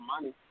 money